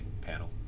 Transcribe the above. panel